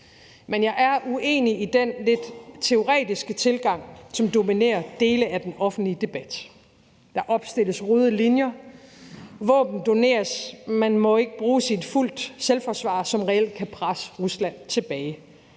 Men jeg er uenig i den lidt teoretiske tilgang, som dominerer dele af den offentlige debat. Der opstilles røde linjer, våben doneres, men må ikke bruges i et fuldt selvforsvar, som reelt kan presse Rusland tilbage,